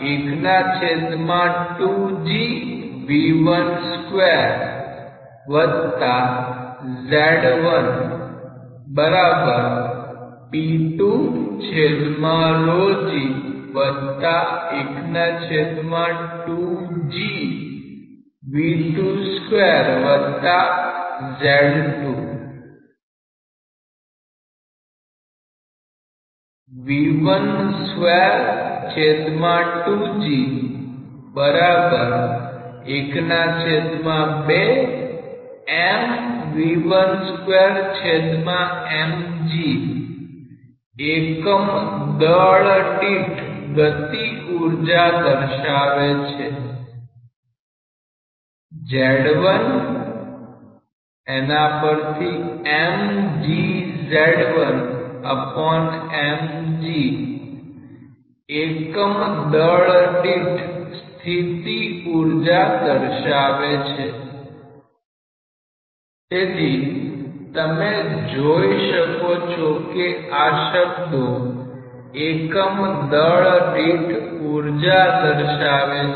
એકમ દળ દીઠ ગતિ ઉર્જા દર્શાવે છે એકમ દળ દીઠ સ્થિતિ ઉર્જા દર્શાવે છે તેથી તમે જોઈ શકો છો કે આ શબ્દો એકમ દળ દીઠ ઉર્જા દર્શાવે છે